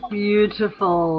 beautiful